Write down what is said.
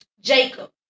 Jacob